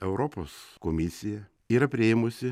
europos komisija yra priėmusi